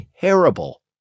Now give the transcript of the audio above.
terrible